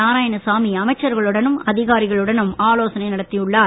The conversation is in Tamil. நாராயணசாமி அமைச்சர்களுடனும் அதிகாரிகளுடனும் ஆலோசனை நடத்தியுள்ளார்